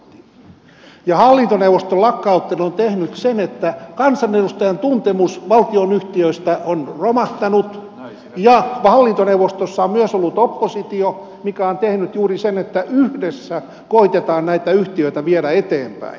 hallintoneuvoston lakkauttaminen on tehnyt sen että kansanedustajan tuntemus valtionyhtiöistä on romahtanut ja hallintoneuvostossa on myös ollut oppositio mikä on tehnyt juuri sen että yhdessä koetetaan näitä yhtiöitä viedä eteenpäin